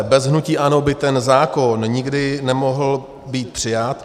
Bez hnutí ANO by ten zákon nikdy nemohl být přijat.